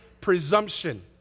presumption